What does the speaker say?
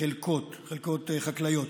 חלקות חקלאיות,